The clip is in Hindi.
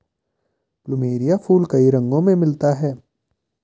प्लुमेरिया फूल कई रंगो में मिलता है